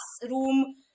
classroom